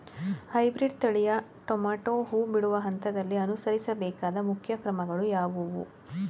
Hybrid ತಳಿಯ tomato ಹೂ ಬಿಡುವ ಹಂತದಲ್ಲಿ ಅನುಸರಿಸಬೇಕಾದ ಮುಖ್ಯ ಕ್ರಮಗಳು ಯಾವುವು?